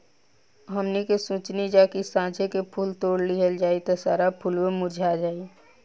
हमनी के सोचनी जा की साझे के फूल तोड़ लिहल जाइ त सारा फुलवे मुरझा जाइ